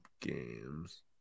games